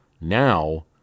now